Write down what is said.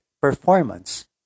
performance